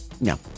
No